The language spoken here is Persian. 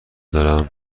دارم